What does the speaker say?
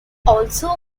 also